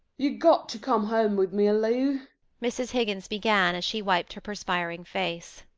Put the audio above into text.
you've got to come home with me, lou mrs. higgins began, as she wiped her perspiring face.